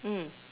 mm